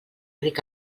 ric